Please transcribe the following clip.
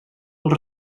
els